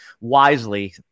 wisely